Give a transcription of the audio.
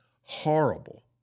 horrible